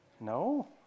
No